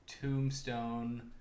Tombstone